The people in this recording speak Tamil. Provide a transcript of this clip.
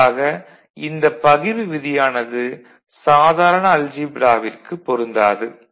குறிப்பாக இந்தப் பகிர்வு விதியானது சாதாரண அல்ஜீப்ராவிற்குப் பொருந்தாது